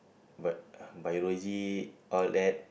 B~ Biology all that